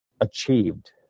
achieved